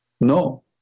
No